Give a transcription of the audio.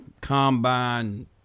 combine